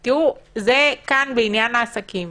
זה בעניין העסקים.